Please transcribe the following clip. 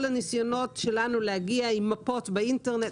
כל הניסיונות שלנו להגיע עם מפות באינטרנט,